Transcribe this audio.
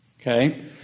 okay